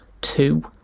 Two